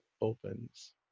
opens